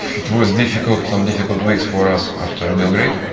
it was difficult, some difficult weeks for us after belgrade.